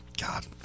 God